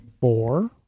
Four